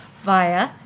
via